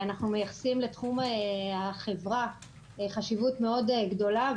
אנחנו מייחסים לתחום החברה חשיבות מאוד גדולה,